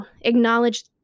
acknowledge